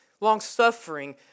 long-suffering